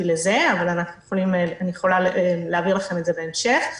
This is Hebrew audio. לזה אבל אני יכולה להעביר לכם את זה בהמשך.